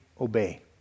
obey